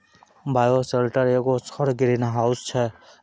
bioshelter एगो सौर greenhouse छै